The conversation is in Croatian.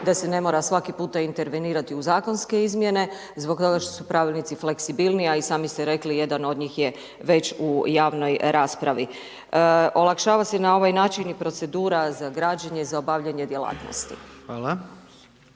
da se ne mora svaki puta intervenirati u zakonske izmjene, zbog toga što su pravilnici fleksibilniji, a i sami ste rekli, jedan od njih je već u javnoj raspravi. Olakšava se na ovaj način procedura, za građenje i za obavljanje djelatnosti.